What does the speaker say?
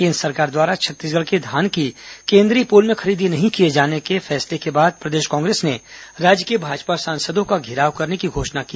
केन्द्र सरकार द्वारा छत्तीसगढ़ के धान की केन्द्रीय पूल में खरीदी नहीं किए जाने के फैसले के बाद प्रदेश कांग्रेस ने राज्य के भाजपा सांसदों का घेराव करने की घोषणा की